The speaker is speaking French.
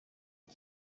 sur